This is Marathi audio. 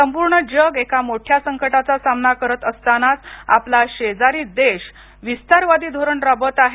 संपूर्ण जग एका मोठ्या संकटाचा सामना करत असतानाच आपला शेजारी देश विस्तारवादी धोरण राबवत आहे